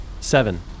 Seven